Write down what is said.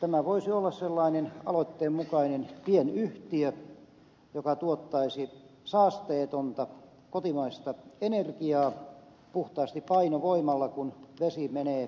tämä voisi olla sellainen aloitteen mukainen pienyhtiö joka tuottaisi saasteetonta kotimaista energiaa puhtaasti painovoimalla kun vesi menee putouksessa alaspäin